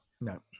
no